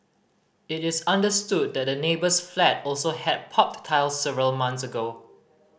it is understood that the neighbour's flat also had popped tiles several months ago